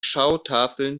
schautafeln